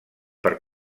per